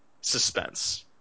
suspense